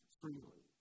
freely